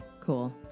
Cool